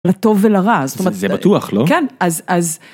לטוב ולרע זאת אומרת זה בטוח לא כן אז אז.